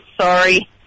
sorry